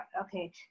okay